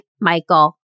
Michael